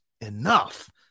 enough